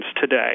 today